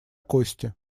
кости